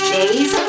Days